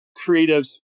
creatives